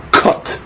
cut